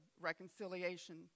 reconciliation